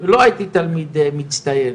ולא הייתי תלמיד מצטיין,